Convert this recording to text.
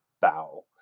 bow